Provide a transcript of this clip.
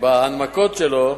בהנמקות שלו: